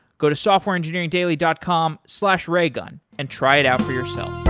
go to softwareengineeringdaily dot com slash raygun and try it out for yourself.